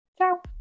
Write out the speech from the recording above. Ciao